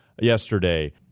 yesterday